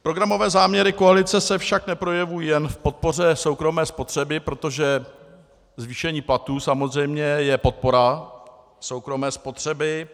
Programové záměry koalice se však neprojevují jen v podpoře soukromé spotřeby, protože zvýšení platů samozřejmě je podpora soukromé spotřeby.